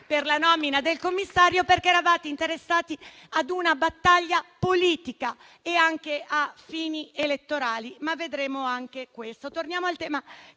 per la nomina del commissario, perché eravate interessati a una battaglia politica e anche a fini elettorali, ma parleremo anche di questo. Torniamo al tema